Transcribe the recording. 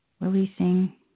releasing